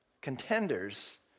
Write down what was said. Contenders